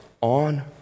on